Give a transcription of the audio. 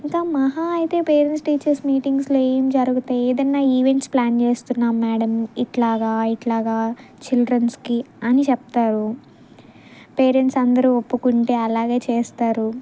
ఇంకా మహా అయితే పేరెంట్స్ టీచర్స్ మీటింగ్స్లో ఏం జరుగుతాయి ఏదైనా ఈవెంట్స్ ప్లాన్ చేస్తున్నాము మేడమ్ ఇట్లా ఇట్లా చిల్డ్రన్స్కి అని చెప్తారు పేరెంట్స్ అందరూ ఒప్పుకుంటే అలాగే చేస్తారు